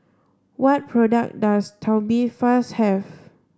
what product does Tubifast have